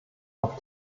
auf